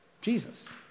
Jesus